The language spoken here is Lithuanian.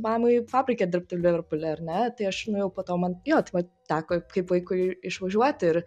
mamai fabrike dirbti liverpuly ar ne tai aš nuėjau po to man jo taip pat teko kaip vaikui išvažiuoti ir